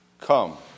Come